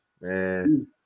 Man